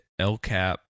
LCAP